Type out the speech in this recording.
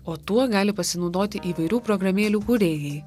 o tuo gali pasinaudoti įvairių programėlių kūrėjai